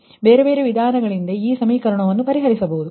ಬೇರೆ ಬೇರೆ ವಿಧಾನಗಳಿಂದ ಈ ಸಮೀಕರಣಗಳನ್ನು ಪರಿಹರಿಸಬಹುದು